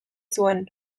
zuen